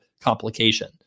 complication